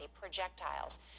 projectiles